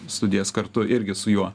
studijas kartu irgi su juo